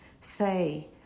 say